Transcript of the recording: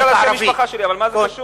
כן, בגלל שם המשפחה שלי, אבל מה זה קשור?